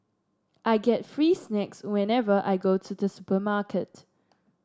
I get free snacks whenever I go to the supermarket